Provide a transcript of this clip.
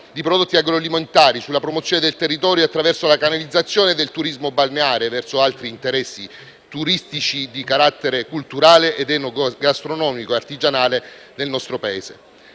di prodotti agroalimentari e sulla promozione del territorio attraverso la canalizzazione del turismo balneare verso altri interessi turistici di carattere culturale, enogastronomico e artigianale nel nostro Paese.